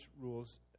rules